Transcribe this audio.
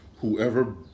Whoever